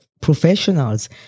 professionals